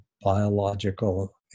biological